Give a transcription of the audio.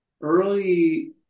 early